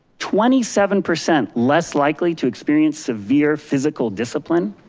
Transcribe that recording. twenty seven percent less likely to experience severe physical discipline,